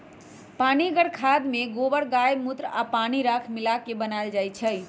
पनीगर खाद में गोबर गायमुत्र आ पानी राख मिला क बनाएल जाइ छइ